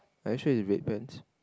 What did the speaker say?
are you sure it's red pants